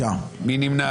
5,041